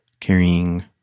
carrying